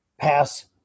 pass